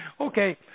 Okay